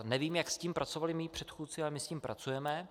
Nevím, jak s tím pracovali mí předchůdci, ale my s tím pracujeme.